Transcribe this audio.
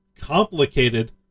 complicated